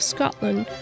Scotland